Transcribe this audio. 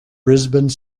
brisbane